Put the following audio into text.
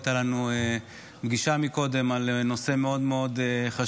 הייתה לנו פגישה קודם על נושא מאוד מאוד חשוב,